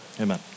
Amen